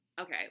Okay